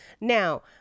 Now